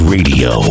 Radio